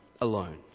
alone